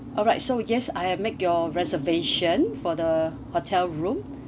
alright so we guess I have make your reservation for the hotel room